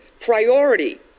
priority